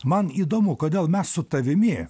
man įdomu kodėl mes su tavimi